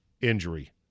injury